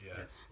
yes